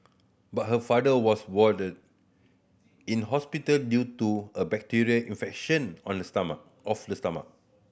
but her father was warded in hospital due to a bacterial infection on the stomach of the stomach